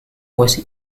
was